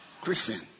Christian